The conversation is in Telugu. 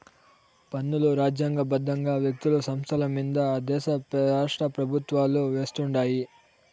పన్నులు రాజ్యాంగ బద్దంగా వ్యక్తులు, సంస్థలమింద ఆ దేశ రాష్ట్రపెవుత్వాలు వేస్తుండాయి